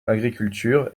agriculture